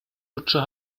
lutscher